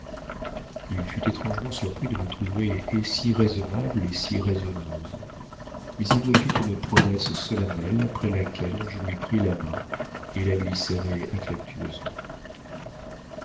il fut étrangement surpris de me trouver et si raisonnable et si raisonneuse mais il me fit une promesse solennelle après laquelle je lui pris la main et la lui serrai affectueusement